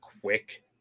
quick